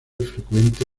frecuente